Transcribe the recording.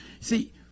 See